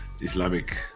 Islamic